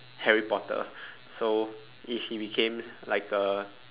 Harry Potter so if he became like a